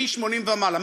מ-80 ומעלה.